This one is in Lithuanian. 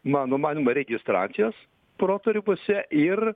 mano manymu registracijos proto ribose ir